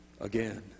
again